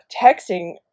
texting